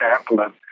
example